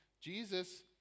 Jesus